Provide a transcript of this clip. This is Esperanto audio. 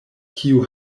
kiu